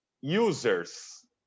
users